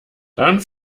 dann